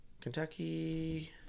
Kentucky